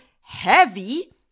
heavy